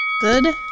Good